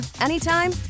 anytime